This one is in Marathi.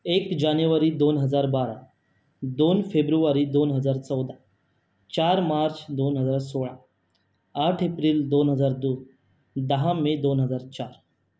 एक जानेवारी दोन हजार बारा दोन फेब्रुवारी दोन हजार चौदा चार मार्च दोन हजार सोळा आठ एप्रिल दोन हजार दोन दहा मे दोन हजार चार